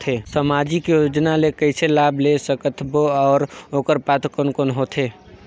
समाजिक योजना ले कइसे लाभ ले सकत बो और ओकर पात्र कोन कोन हो थे?